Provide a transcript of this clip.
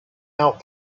out